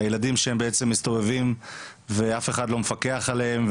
הילדים שמסתובבים ואף אחד לא מפקח עליהם,